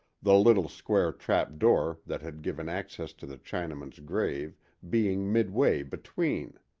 the little square trapdoor that had given access to the chinaman's grave being midway between.